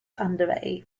underway